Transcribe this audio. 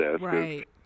Right